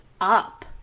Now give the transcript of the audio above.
up